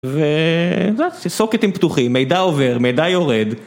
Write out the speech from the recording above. וזהו, סוקטים פתוחים, מידע עובר, מידע יורד.